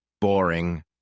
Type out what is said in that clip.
Boring